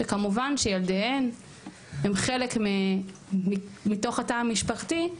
שכמובן שילדיהם הם חלק מתוך התא המשפחתי,